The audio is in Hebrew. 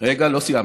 רגע, לא סיימתי.